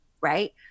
right